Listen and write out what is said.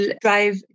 drive